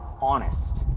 honest